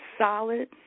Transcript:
solid